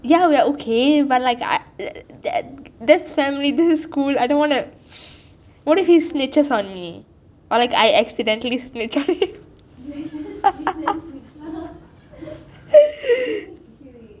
ya we are okay but like I that is family this is school I don't wanna what if he snitches on me or like I accidentally snitch on him